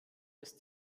ist